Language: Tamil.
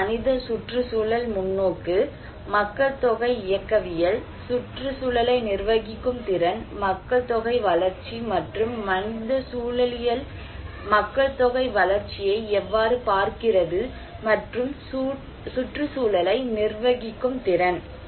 ஒன்று மனித சுற்றுச்சூழல் முன்னோக்கு மக்கள்தொகை இயக்கவியல் சுற்றுச்சூழலை நிர்வகிக்கும் திறன் மக்கள் தொகை வளர்ச்சி மற்றும் மனித சூழலியல் மக்கள் தொகை வளர்ச்சியை எவ்வாறு பார்க்கிறது மற்றும் சுற்றுச்சூழலை நிர்வகிக்கும் திறன்